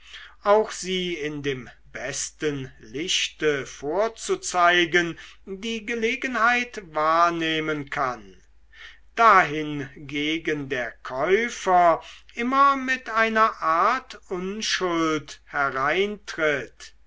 auch sie in dem besten lichte vorzuzeigen die gelegenheit wahrnehmen kann dahingegen der käufer immer mit einer art unschuld hereintritt